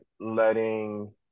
letting